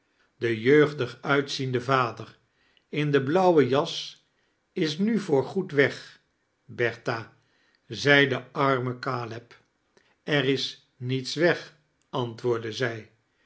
de jeugdig uitziende vader in de blauwe jas is nu voor goed weg bertha zei de arme caleb er is niets weg antwoordde zij